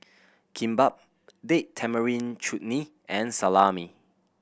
Kimbap Date Tamarind Chutney and Salami